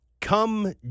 Come